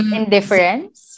indifference